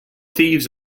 thieves